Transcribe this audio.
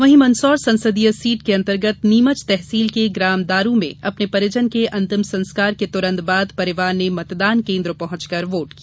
वहीं मंदसौर संसदीय सीट अंतर्गत नीमच तहसील के ग्राम दारू में अपने परिजन के अंतिम संस्कार के तुरंत बाद परिवार ने मतदान केन्द्र पहुंचकर वोट किया